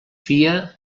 fia